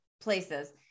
places